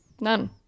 None